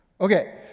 Okay